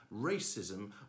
racism